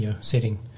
setting